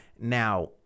Now